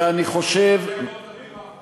ואני חושב, אתם לא תבינו אף פעם.